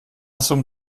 summt